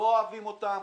לא אוהבים אותם,